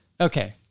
Okay